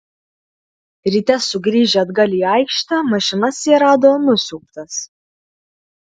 ryte sugrįžę atgal į aikštę mašinas jie rado nusiaubtas